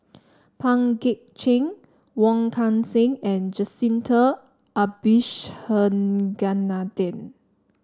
Pang Guek Cheng Wong Kan Seng and Jacintha Abisheganaden